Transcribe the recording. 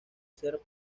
ser